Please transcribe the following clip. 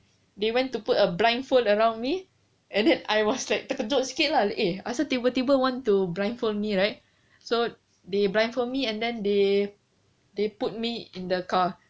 they went to put a blindfold around me and then I was like terkejut sikit lah eh asal tiba-tiba want to blindfold me right so they blindfold me and then they they put me in the car